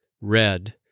red